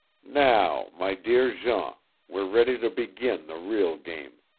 now, my dear jean, we're ready to begin the real game,